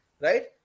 right